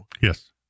Yes